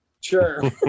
Sure